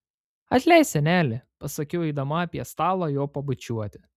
atleisk seneli pasakiau eidama apie stalą jo pabučiuoti